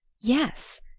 yes,